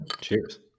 Cheers